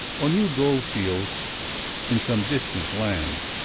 or new gold-fields in some distant land.